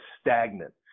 stagnant